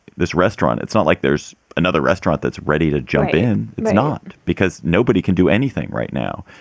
this restaurant. it's not like there's another restaurant that's ready to jump in. it's not because nobody can do anything right now.